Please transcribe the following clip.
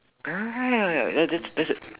uh ya ya ya ya ya that's w~ that's w~